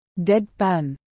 Deadpan